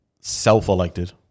Self-elected